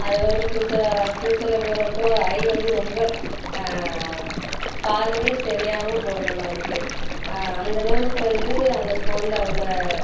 அதுக்கப்புறம் ஃப்யூச்சரா ஃப்யூச்சர்ல போகிறப்ப ஐ வந்து ரொம்ப பார்வையே தெரியாமல் போய்டும் நமக்கு அந்த அளவுக்கு வந்து அந்த ஃபோன்ல உள்ள